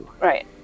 right